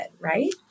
right